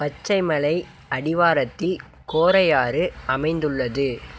பச்சைமலை அடிவாரத்தில் கோரையாறு அமைந்துள்ளது